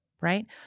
right